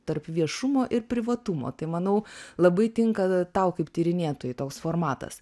tarp viešumo ir privatumo tai manau labai tinka tau kaip tyrinėtojai toks formatas